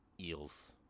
eels